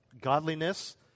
godliness